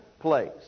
place